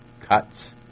Cuts